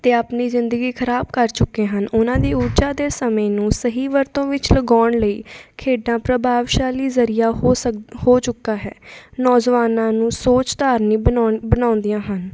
ਅਤੇ ਆਪਣੀ ਜ਼ਿੰਦਗੀ ਖਰਾਬ ਕਰ ਚੁੱਕੇ ਹਨ ਉਹਨਾਂ ਦੀ ਊਰਜਾ ਦੇ ਸਮੇਂ ਨੂੰ ਸਹੀ ਵਰਤੋਂ ਵਿੱਚ ਲਗਾਉਣ ਲਈ ਖੇਡਾਂ ਪ੍ਰਭਾਵਸ਼ਾਲੀ ਜ਼ਰੀਆ ਹੋ ਸਕ ਹੋ ਚੁੱਕਾ ਹੈ ਨੌਜਵਾਨਾਂ ਨੂੰ ਸੋਚ ਧਾਰਨੀ ਬਣਾਣ ਬਣਾਉਂਦੀਆਂ ਹਨ